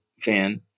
fan